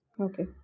Okay